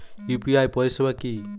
UPI পরিসেবা কি?